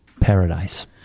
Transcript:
paradise